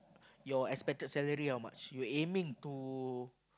your expected salary how much your aiming to